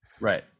Right